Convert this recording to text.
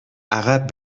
عقب